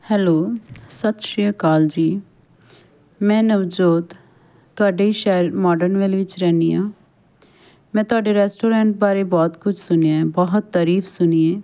hello ਸਤਿ ਸ਼੍ਰੀ ਅਕਾਲ ਜੀ ਮੈਂ ਨਵਜੋਤ ਤੁਹਾਡੇ ਸ਼ਹਿਰ ਮਾਡਰਨ ਵੈਲੀ ਵਿੱਚ ਰਹਿਦੀ ਹਾਂ ਮੈਂ ਤੁਹਾਡੇ ਰੈਸਟੋਰੈਂਟ ਬਾਰੇ ਬਹੁਤ ਕੁਛ ਸੁਣਿਆ ਬਹੁਤ ਤਾਰੀਫ ਸੁਣੀ ਹੈ